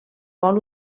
vol